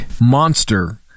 monster